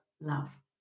love